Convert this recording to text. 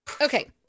Okay